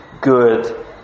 good